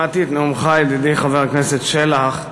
שמעתי את נאומך, ידידי חבר הכנסת שלח.